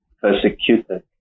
persecuted